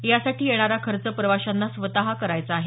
यासाठी येणारा खर्च प्रवाशांन स्वत करायचा आहे